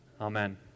Amen